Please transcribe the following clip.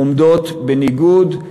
עומדות בניגוד,